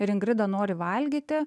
ir ingrida nori valgyti